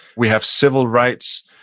we have civil rights.